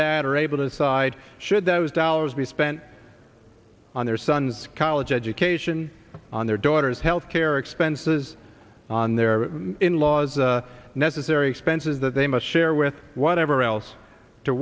dad are able to decide should those dollars be spent on their son's college education on their daughter's health care expenses on their in laws necessary expenses that they must share with whatever else to